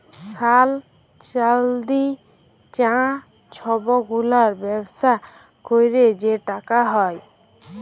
সলা, চাল্দি, চাঁ ছব গুলার ব্যবসা ক্যইরে যে টাকা হ্যয়